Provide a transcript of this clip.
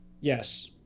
Yes